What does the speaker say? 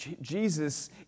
Jesus